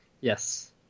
Yes